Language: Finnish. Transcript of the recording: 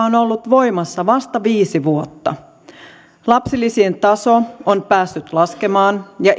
on ollut voimassa vasta viisi vuotta lapsilisien taso on päässyt laskemaan ja